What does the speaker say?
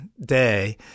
day